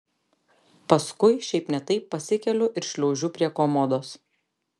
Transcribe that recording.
paskui šiaip ne taip pasikeliu ir šliaužiu prie komodos